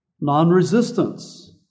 non-resistance